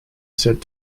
said